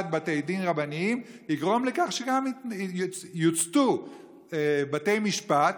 בתי דין רבניים יגרום לכך שיוצתו גם בתי משפט,